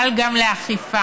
אבל גם לאכיפה.